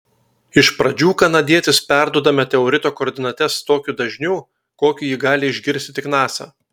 iš pradžių kanadietis perduoda meteorito koordinates tokiu dažniu kokiu jį gali išgirsti tik nasa